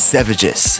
Savages